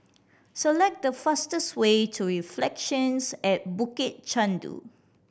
select the fastest way to Reflections at Bukit Chandu